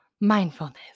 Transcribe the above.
Mindfulness